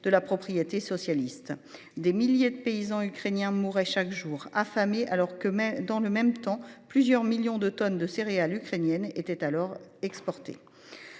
de la propriété socialiste. Des milliers de paysans ukrainiens mourraient chaque jour affamés alors que même dans le même temps, plusieurs millions de tonnes de céréales ukrainiennes étaient alors exporter.